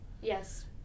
Yes